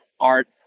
art